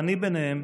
ואני ביניהם,